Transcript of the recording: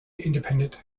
independent